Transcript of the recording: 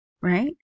right